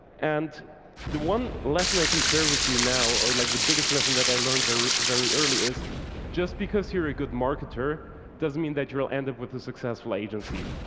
and the one lesson i can share with you now or like the biggest lesson that i learned very very early is just because you're a good marketer doesn't mean that you will end up with a successful agency.